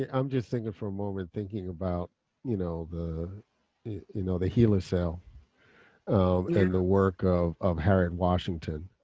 and i'm just thinking for a moment thinking about you know the you know the hela cell the work of of harriet washington.